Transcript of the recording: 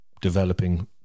developing